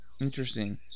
Interesting